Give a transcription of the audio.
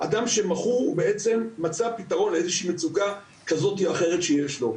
אדם מכור בעצם מצא פתרון למצוקה כזאת או אחרת שיש לו.